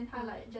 oh